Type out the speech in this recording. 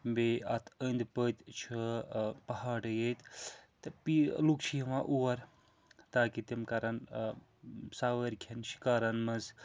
بیٚیہِ اَتھ أندۍ پٔتۍ چھُ پہاڑٕ ییٚتہِ تہٕ بییہِ لُکھ چھِ یِوان اور تاکہِ تِم کَرَن سوٲرۍ کھٮ۪ن شِکارَن منٛز